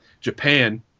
Japan